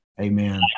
Amen